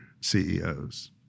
CEOs